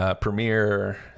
Premiere